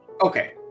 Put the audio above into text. Okay